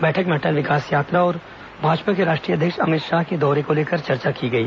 बैठक में अटल विकास यात्रा और भाजपा के राष्ट्रीय अध्यक्ष अमित शाह के दौरे को लेकर चर्चा की गई